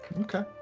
Okay